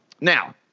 Now